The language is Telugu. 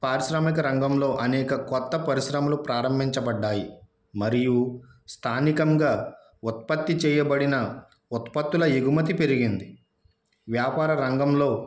పారిశ్రామిక రంగంలో అనేక కొత్త పరిశ్రమలు ప్రారంభించబడ్డాయి మరియు స్థానికంగా ఉత్పత్తి చేయబడిన ఉత్పత్తుల ఎగుమతి పెరిగింది వ్యాపార రంగంలో